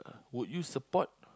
would you support